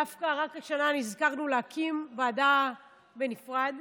דווקא רק השנה נזכרנו להקים ועדה בנפרד.